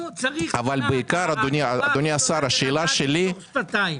פה הגבורה הכי גדולה היא לנשוך שפתיים.